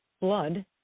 blood